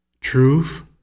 truth